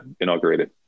inaugurated